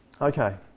Okay